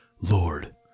Lord